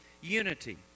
unity